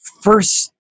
first